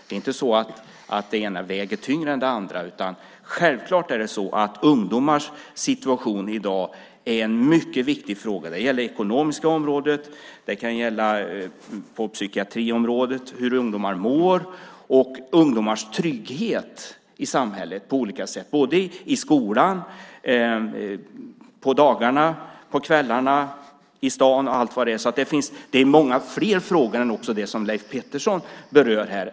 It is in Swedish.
Det är inte så att det ena väger tyngre än det andra, utan självklart är det så att ungdomars situation i dag är en mycket viktig fråga. Det gäller det ekonomiska området. Det kan gälla på psykiatriområdet - hur ungdomar mår. Det gäller också ungdomars trygghet i samhället på olika sätt - på dagarna i skolan och på kvällarna i stan och så vidare. Det är alltså många fler frågor än de som Leif Pettersson berör här.